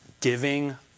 giving